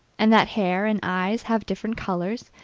and that hair and eyes have different colors,